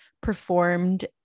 performed